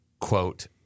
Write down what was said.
quote